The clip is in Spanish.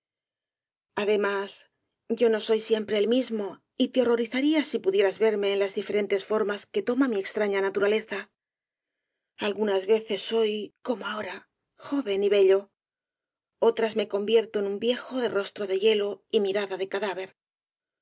además yo no soy siempre el mismo y te horrorizarías si pudieras verme en las diferentes formas que toma mi extraña naturaleza algunas veces soy como ahora joven y bello otras me convierto en un viejo de rostro de hielo y mirada de cadáver